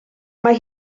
mae